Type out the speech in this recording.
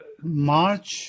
March